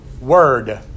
word